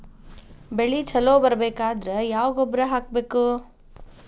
ಬೆಳಿ ಛಲೋ ಬರಬೇಕಾದರ ಯಾವ ಗೊಬ್ಬರ ಹಾಕಬೇಕು?